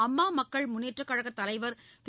அம்மா மக்கள் முன்னேற்றக் கழக தலைவர் திரு